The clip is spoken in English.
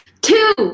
Two